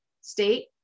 state